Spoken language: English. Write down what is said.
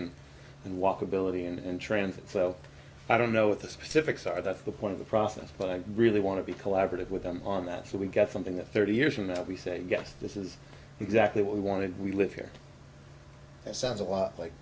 and and walkability and transit so i don't know what the specifics are that's the point of the process but i really want to be collaborative with them on that so we get something that thirty years from that we say yes this is exactly what we wanted we live here that sounds a lot like